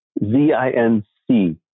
Z-I-N-C